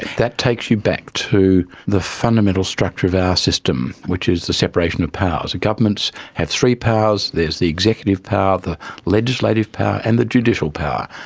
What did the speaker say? that takes you back to the fundamental structure of our system, which is the separation of powers. the governments have three powers, there's the executive power, the legislative power and the judicial power.